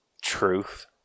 Truth